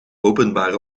openbare